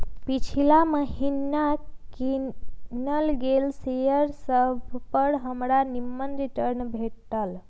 पिछिला महिन्ना किनल गेल शेयर सभपर हमरा निम्मन रिटर्न भेटल